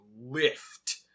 lift